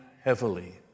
heavily